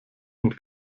und